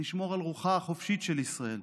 לשמור על רוחה החופשית של ישראל.